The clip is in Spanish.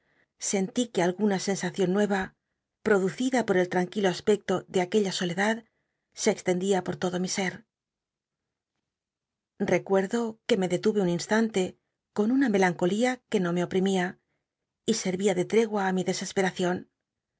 sentí que al guna scnsacion nuera producida por el lranquilo aspecto de aquella soledad se extendía po todo mi ser recuerdo que me detue un instante con una melancolía que no me oprimía y ser ia de ljegua i mi descsperacion